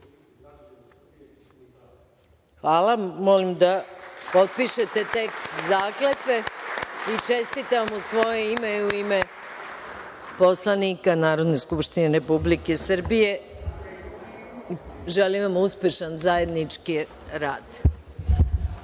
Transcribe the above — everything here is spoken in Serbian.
da pristupi potpisivanju teksta zakletve. Čestitam u svoje ime i u ime poslanika Narodne skupštine Republike Srbije. Želim vam uspešan zajednički rad. Na